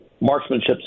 marksmanship